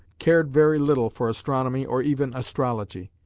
cared very little for astronomy or even astrology,